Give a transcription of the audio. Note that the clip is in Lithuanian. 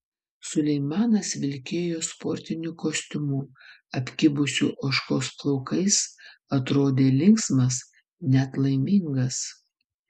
suleimanas vilkėjo sportiniu kostiumu apkibusiu ožkos plaukais atrodė linksmas net laimingas